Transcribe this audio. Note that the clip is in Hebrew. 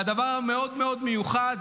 והדבר המאוד מאוד-מיוחד,